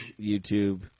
YouTube